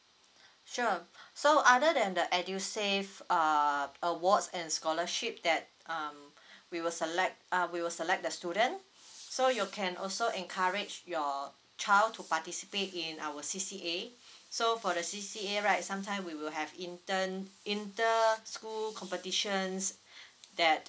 sure so other than the edusave uh awards and scholarship that um we will select uh we will select the student so you can also encourage your child to participate in our C_C_A so for the C_C_A right sometime we will have interned inter school competitions that